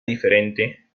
diferente